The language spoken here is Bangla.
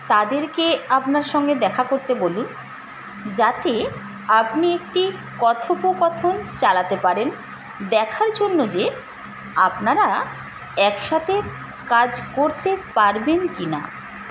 তাদেরকে আপনার সঙ্গে দেখা করতে বলুন যাতে আপনি একটি কথোপকথন চালাতে পারেন দেখার জন্য যে আপনারা একসাথে কাজ করতে পারবেন কি না